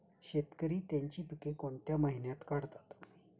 शेतकरी त्यांची पीके कोणत्या महिन्यात काढतात?